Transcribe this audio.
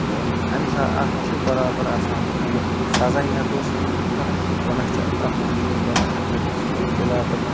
تہٕ امہِ ساتہٕ اتھ چھِ بَرابَر آسان مُختلِف سَزا ہیٚکو أسۍ ؤنِتھ اِتھ کٔنن یِتھ کٔنۍ گۄناہ چھُ اتھ مَنٛز چھِ ییٖتۍ گۄناہ امہِ سۭتۍ چھُ پَتہٕ بِلاٲخٕر